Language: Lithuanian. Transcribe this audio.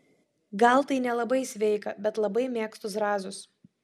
gal tai nelabai sveika bet labai mėgstu zrazus